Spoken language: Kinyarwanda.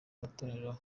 matorero